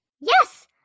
Yes